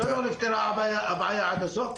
לא נפתרה הבעיה עד הסוף,